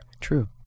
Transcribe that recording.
True